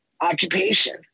occupation